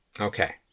Okay